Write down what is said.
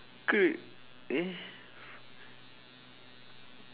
ke they eh